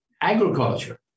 agriculture